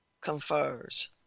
confers